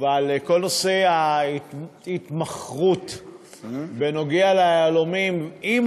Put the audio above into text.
אבל כל נושא התמחור בנוגע ליהלומים, עם